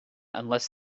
unless